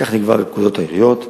כך נקבע בפקודת העיריות,